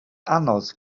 anodd